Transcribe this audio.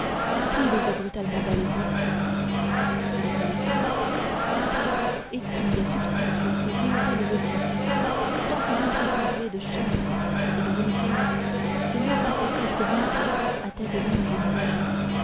qui les a brutalement balayées ce n'est pas le temps et qui a substitué au vieil autel gothique splendidement encombré de châsses et de reliquaires ce lourd sarcophage de marbre à têtes d'anges